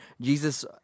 Jesus